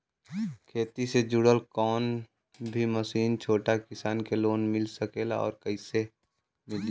खेती से जुड़ल कौन भी मशीन छोटा किसान के लोन मिल सकेला और कइसे मिली?